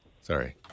Sorry